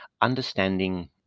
understanding